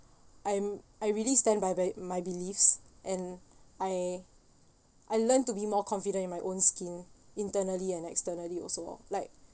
I'm I really stand by by my beliefs and I I learned to be more confident in my own skin internally and externally also oh like